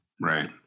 Right